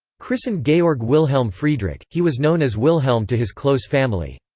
christened georg wilhelm friedrich, he was known as wilhelm to his close family.